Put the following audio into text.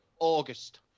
August